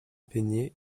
peigné